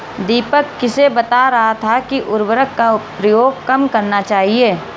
दीपक किसे बता रहा था कि उर्वरक का प्रयोग कम करना चाहिए?